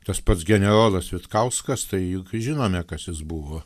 tas pats generolas vitkauskas tai juk žinome kas jis buvo